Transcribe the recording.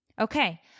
Okay